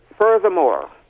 furthermore